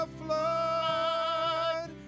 flood